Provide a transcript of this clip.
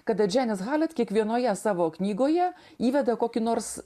kada dženis halet kiekvienoje savo knygoje įveda kokį nors